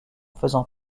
faisant